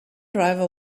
driver